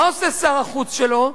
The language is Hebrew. מה עושה שר החוץ שלו?